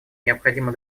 необходимо